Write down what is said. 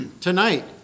Tonight